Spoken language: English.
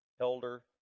elder